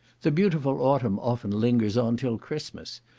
the beautiful autumn often lingers on till christmas,